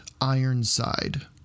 Ironside